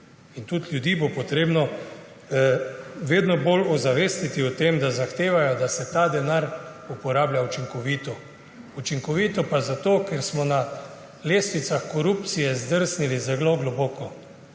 In tudi ljudi bo potrebno vedno bolj ozavestiti o tem, da zahtevajo, da se ta denar uporablja učinkovito. Učinkovito pa zato, ker smo na lestvicah korupcije zdrsnili zelo globoko.